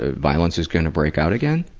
ah violence is gonna break out again?